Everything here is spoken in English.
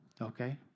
Okay